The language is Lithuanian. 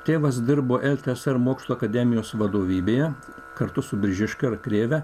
tėvas dirbo ltsr mokslų akademijos vadovybėje kartu su biržiška ir krėve